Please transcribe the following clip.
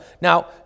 Now